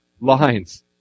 lines